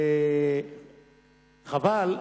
חבל,